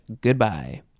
Goodbye